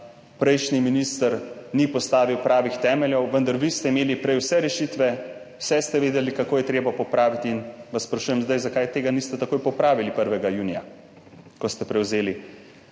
prejšnji minister ni postavil pravih temeljev, vendar ste vi imeli prej vse rešitve, vse ste vedeli, kako je treba popraviti, in vas sprašujem zdaj, zakaj tega niste popravili takoj 1. junija, ko ste prevzeli